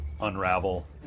unravel